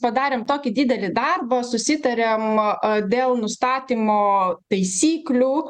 padarėm tokį didelį darbą susitarėm dėl nustatymo taisyklių